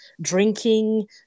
drinking